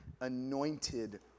anointed